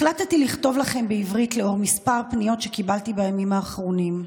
החלטתי לכתוב לכם בעברית לאור מספר פניות שקיבלתי בימים האחרונים.